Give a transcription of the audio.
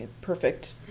perfect